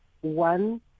one